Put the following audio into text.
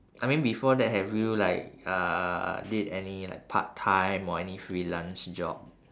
I mean before that have you like uh did any like part time or any freelance job